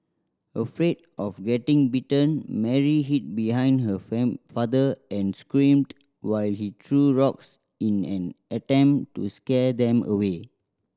afraid of getting bitten Mary hid behind her father and screamed while he threw rocks in an attempt to scare them away